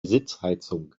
sitzheizung